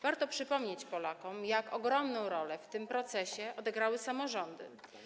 Warto przypomnieć Polakom, jak ogromną rolę w tym procesie odegrały samorządy.